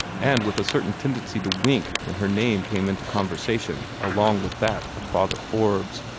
and with a certain tendency to wink when her name came into conversation along with that of father forbes.